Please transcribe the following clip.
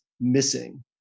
missing